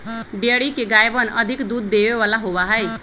dairy के गायवन अधिक दूध देवे वाला होबा हई